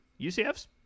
UCF's